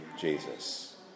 Jesus